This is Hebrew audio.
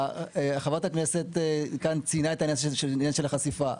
חברת הכנסת כאן ציינה את העניין של החשיפה.